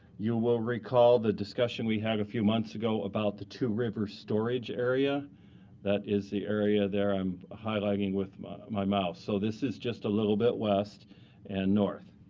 you will recall the discussion we had a few months ago about the two river storage area that is the area there i'm highlighting with my my mouse. so this is just a little bit west and north.